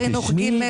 שר חינוך ג'.